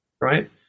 right